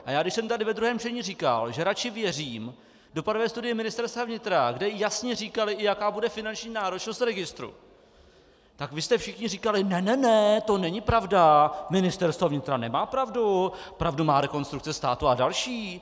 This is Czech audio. A když jsem tady ve druhém čtení říkal, že radši věřím dopadové studii Ministerstva vnitra, kde jasně říkali, i jaká bude finanční náročnost registru, tak vy jste všichni říkali: ne ne ne, to není pravda, Ministerstvo vnitra nemá pravdu, pravdu má Rekonstrukce státu a další.